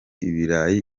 ibirayi